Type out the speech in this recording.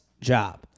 job